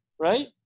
right